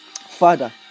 Father